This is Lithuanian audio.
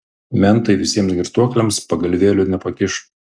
mentai visiems girtuokliams pagalvėlių nepakiš